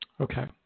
Okay